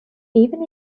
even